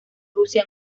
rusia